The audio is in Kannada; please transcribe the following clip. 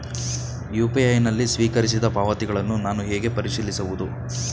ಯು.ಪಿ.ಐ ನಲ್ಲಿ ಸ್ವೀಕರಿಸಿದ ಪಾವತಿಗಳನ್ನು ನಾನು ಹೇಗೆ ಪರಿಶೀಲಿಸುವುದು?